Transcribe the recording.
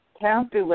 county